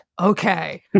Okay